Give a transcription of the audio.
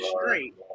straight